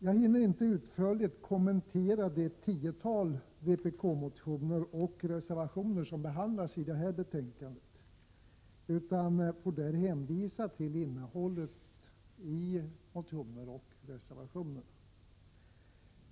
Jag hinner inte utförligt kommentera det tiotal vpk-motioner som behandlas i det här betänkandet och de därtill fogade reservationerna, utan får hänvisa till innehållet i motionerna och reservationerna.